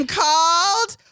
called